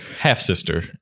Half-sister